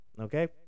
okay